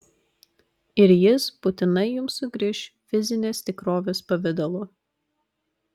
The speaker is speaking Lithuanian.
ir jis būtinai jums sugrįš fizinės tikrovės pavidalu